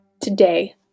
Today